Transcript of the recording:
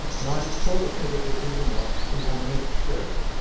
ninety four percent of this vision loss is unnecessary,